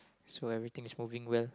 so everything is moving well